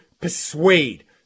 persuade